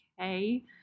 okay